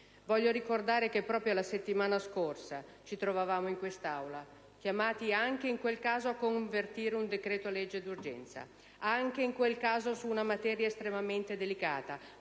Voglio ricordare che proprio la settimana scorsa ci trovavamo in quest'Aula chiamati anche in quel caso a convertire un decreto-legge d'urgenza, anche in quel caso su una materia estremamente delicata,